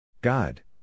God